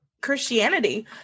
christianity